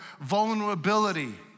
vulnerability